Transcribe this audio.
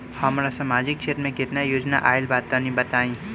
हमरा समाजिक क्षेत्र में केतना योजना आइल बा तनि बताईं?